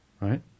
Right